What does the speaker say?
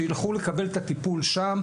שילכו לקבל את הטיפול שם,